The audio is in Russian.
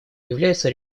является